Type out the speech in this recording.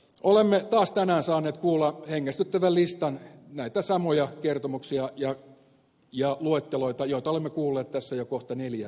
olemme taas tänään saaneet kuulla hengästyttävän listan näistä samoja kertomuksia ja luetteloita joita olemme kuulleet tässä jo kohta neljä vuotta